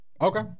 Okay